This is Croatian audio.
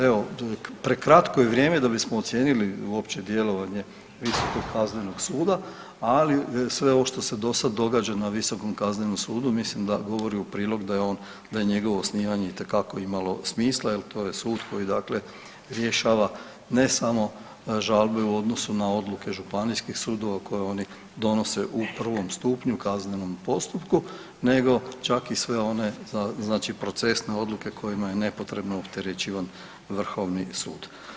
Evo prekratko je vrijeme da bismo ocijenili uopće djelovanje Visokog kaznenog suda, ali sve ovo što se do sad događa na Visokom kaznenom sudu mislim da govori u prilog da je on, da je njegovo osnivanje itekako imalo smisla jer to je sud koji, dakle rješava ne samo žalbe u odnosu na odluke županijskih sudova koje oni donose u prvom stupnju, kaznenom postupku nego čak i sve one, znači procesne odluke kojima je nepotrebno opterećivan Vrhovni sud.